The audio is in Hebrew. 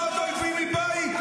לא עוד תוקפים מבית.